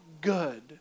good